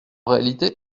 réalité